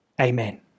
Amen